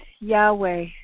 Yahweh